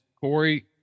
Corey